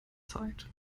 zeit